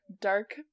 dark